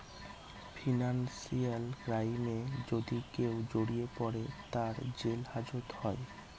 financial ক্রাইমে যদি কেউ জড়িয়ে পরে, তার জেল হাজত হয়